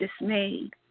dismayed